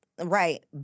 right